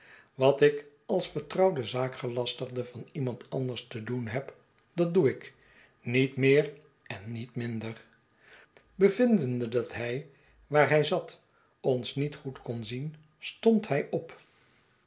wat ik als vertrouwde zaakgelastigde van iemand anders te doen heb dat doe ik niet meer en niet minder bevindende dat hij waar hij zat ons niet goed kon zien stond hij op